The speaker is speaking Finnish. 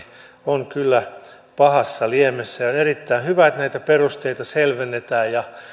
on kyllä pahassa liemessä on erittäin hyvä että näitä perusteita selvennetään